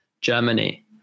Germany